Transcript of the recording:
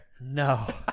No